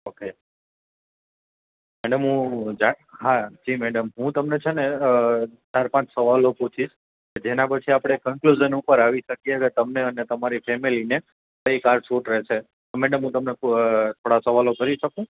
okay અને મુ જા હા જી મેડમ હું તમને છે ને ચાર પાંચ સવાલો પૂછીશ જેના પછી આપણે કંકલુઝન ઉપર આવી શકીએ અગર તમને અને તમારી ફેમેલીને કઈ કાર શૂટ રેસે તો મેડમ હું તમને થોડા સવાલો કરી શકું